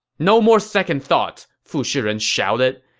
no more second thoughts! fu shiren shouted.